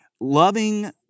Loving